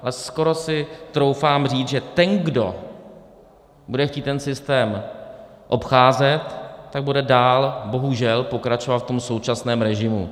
A skoro si troufám říct, že ten, kdo bude chtít systém obcházet, tak bude dál bohužel pokračovat v současném režimu.